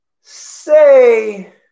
Say